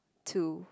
two